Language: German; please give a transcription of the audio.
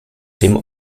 dem